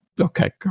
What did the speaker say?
Okay